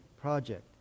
project